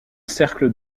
cercle